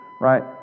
right